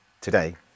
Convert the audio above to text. today